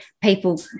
people